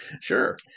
sure